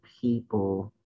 people